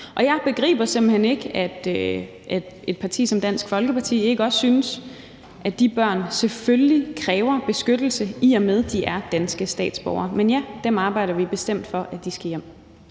Og jeg begriber simpelt hen ikke, at et parti som Dansk Folkeparti ikke også synes, at de børn selvfølgelig kræver beskyttelse, i og med de er danske statsborgere. Men ja, dem arbejder vi bestemt for skal hjem.